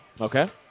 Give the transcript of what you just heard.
Okay